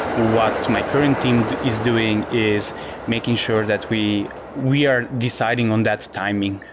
what my current team is doing is making sure that we we are deciding on that timing.